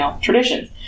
traditions